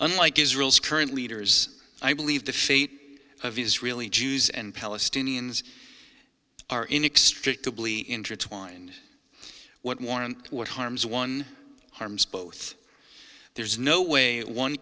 unlike israel's current leaders i believe the fate of israeli jews and palestinians are inextricably intertwined what one harms one harms both there's no way one